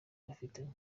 bafitanye